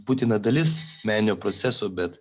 būtina dalis meninio proceso bet